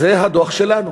זה הדוח שלנו.